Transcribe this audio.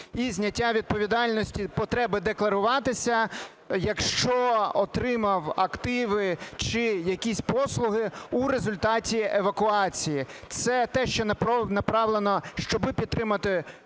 і зняття відповідальності потреби декларуватися, якщо отримав активи чи якісь послуги у результаті евакуації. Це те, що направлено, щоб підтримати